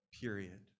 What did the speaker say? period